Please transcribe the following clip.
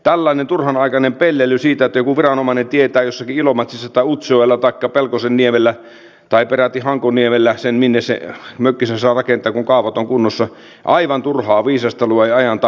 tällainen turhanaikainen pelleily siitä että joku viranomainen tietää jossakin ilomatsissa tai utsjoella taikka pelkosenniemellä tai peräti hankoniemellä sen minne sen mökin saa rakentaa kun kaavat ovat kunnossa aivan turhaa viisastelua ja ajan tappamista